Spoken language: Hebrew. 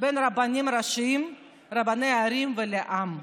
בין הרבנים הראשיים, רבני ערים והעם.